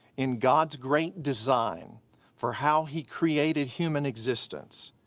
in god's great design for how he created human existence,